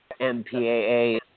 MPAA